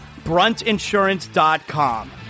Bruntinsurance.com